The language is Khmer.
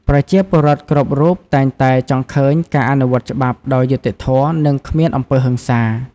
ប្រជាពលរដ្ឋគ្រប់រូបតែងតែចង់ឃើញ ការអនុវត្តច្បាប់ដោយយុត្តិធម៌ និងគ្មានអំពើហិង្សា។